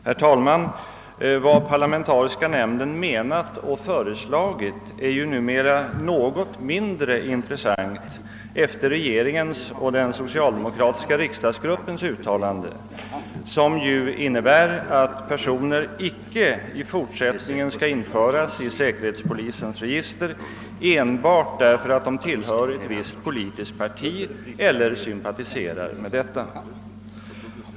Herr talman! Vad parlamentariska nämnden menat och föreslagit är numera något mindre intressant efter regeringens och den socialdemokratiska riksdagsgruppens uttalanden, som ju innebär att personer icke i fortsättningen skall införas i säkerhetspolisens register enbart därför att de tillhör ett visst politiskt parti eller sympatiserar med detta.